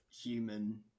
human